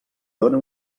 dóna